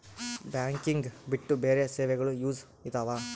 Banking ಬಿಟ್ಟು ಬೇರೆ ಸೇವೆಗಳು ಯೂಸ್ ಇದಾವ?